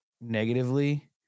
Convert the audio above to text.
negatively